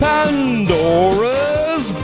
Pandora's